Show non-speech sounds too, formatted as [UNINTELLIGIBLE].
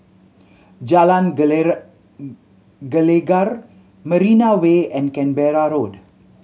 Jalan [UNINTELLIGIBLE] Gelegar Marina Way and Canberra Road